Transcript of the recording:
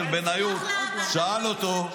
אני אעלה לדבר.